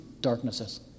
darknesses